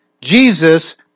Jesus